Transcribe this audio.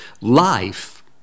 Life